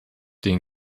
den